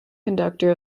conductor